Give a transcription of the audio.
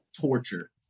torture